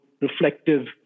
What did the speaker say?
reflective